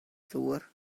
ddŵr